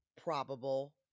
probable